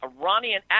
Iranian